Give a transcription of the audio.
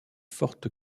forte